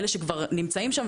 אלה שכבר נמצאים שם,